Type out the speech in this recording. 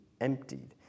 emptied